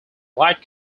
light